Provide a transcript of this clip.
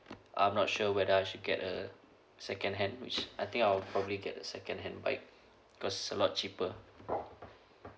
I'm not sure whether I should get a second hand which I think I'll probably get a second hand bike because a lot cheaper